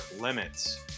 Limits